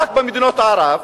רק במדינות ערב,